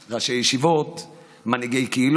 רבותיי,